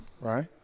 right